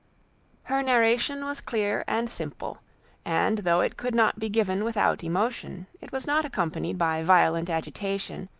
her narration was clear and simple and though it could not be given without emotion, it was not accompanied by violent agitation,